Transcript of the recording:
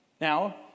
Now